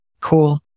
Cool